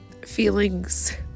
Feelings